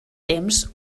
temps